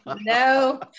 no